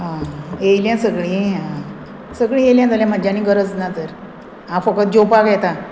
आं येयल्यां सगळीं आं सगळीं येयल्यां जाल्यार म्हजी आनी गरज ना तर हांव फकत जेवपाक येतां